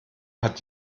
hat